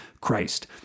Christ